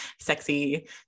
sexy